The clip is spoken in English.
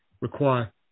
require